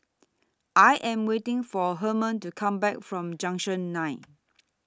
I Am waiting For Hermon to Come Back from Junction nine